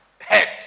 head